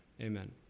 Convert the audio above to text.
Amen